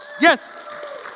yes